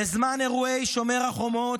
בזמן אירועי שומר החומות,